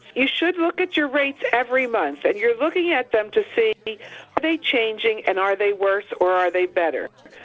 you should look at your rates every month. and you're looking at them to see are they changing and are they worse or are they better,